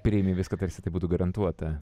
priimi viską tarsi tai būtų garantuota